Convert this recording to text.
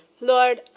Lord